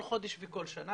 כל חודש וכל שנה,